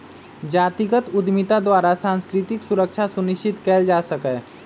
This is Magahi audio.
जातिगत उद्यमिता द्वारा सांस्कृतिक सुरक्षा सुनिश्चित कएल जा सकैय